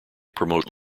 promote